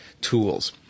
tools